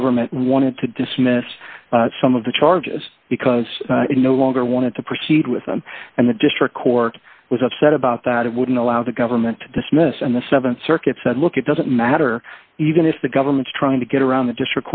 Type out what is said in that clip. government wanted to dismiss some of the charges because it no longer wanted to proceed with them and the district court was upset about that it wouldn't allow the government to dismiss and the th circuit said look at doesn't matter even if the government's trying to get around th